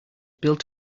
built